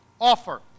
offer